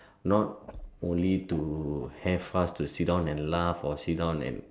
not only to have us to sit down and laugh or sit down and